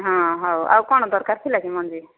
ହଁ ହଉ ଆଉ କ'ଣ ଦରକାର ଥିଲା କି ମଞ୍ଜି